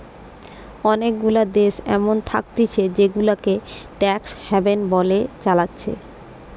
অনেগুলা দেশ এমন থাকতিছে জেগুলাকে ট্যাক্স হ্যাভেন বলে চালাচ্ছে